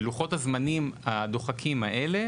בלוחות הזמנים הדוחקים האלה,